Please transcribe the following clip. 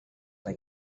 like